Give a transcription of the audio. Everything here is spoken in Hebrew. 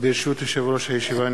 ברשות יושב-ראש הישיבה,